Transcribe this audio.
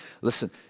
Listen